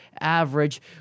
average